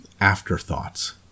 afterthoughts